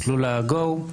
מסלול ה-go,